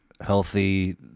healthy